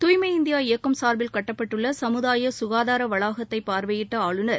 தூய்மை இந்தியா இயக்கம் சார்பில் கட்டப்பட்டுள்ள சமுதாய சுகாதார வளாகத்தை பார்வையிட்ட ஆளுநர்